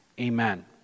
amen